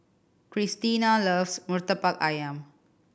Christena loves Murtabak Ayam